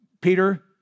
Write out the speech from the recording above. Peter